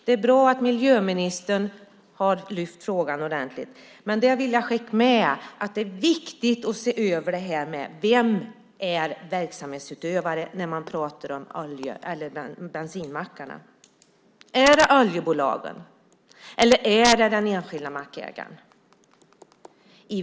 Det är bra att miljöministern har lyft upp frågan ordentligt. Jag vill skicka med att det är viktigt att se över vem som är verksamhetsutövare när det gäller bensinmackarna. Är det oljebolagen eller är det den enskilda mackägaren?